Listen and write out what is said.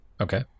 okay